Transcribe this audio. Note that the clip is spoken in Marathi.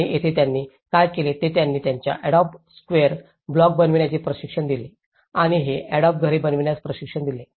आणि येथे त्यांनी काय केले ते त्यांनी त्यांना अॅडॉब स्क्वेअर ब्लॉक बनविण्याचे प्रशिक्षण दिले आणि हे अॅडोब घरे बनविण्यास प्रशिक्षण दिले